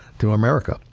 to america,